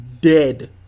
dead